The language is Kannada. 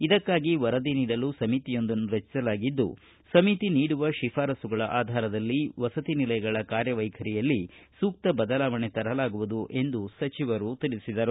ಇದಕ್ಕಾಗಿ ವರದಿ ನೀಡಲು ಸಮಿತಿಯೊಂದನ್ನು ರಚಿಸಲಾಗಿದ್ದು ಸಮಿತಿ ನೀಡುವ ಶಿಫಾರಸ್ಸುಗಳ ಆಧಾರದಲ್ಲಿ ವಸತಿ ನಿಲಯಗಳ ಕಾರ್ಯವೈಖರಿಯಲ್ಲಿ ಸೂಕ್ತ ಬದಲಾವಣೆ ತರಲಾಗುವುದು ಎಂದು ಸಚಿವರು ತಿಳಿಸಿದರು